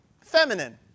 feminine